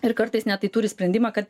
ir kartais net tai turi sprendimą kad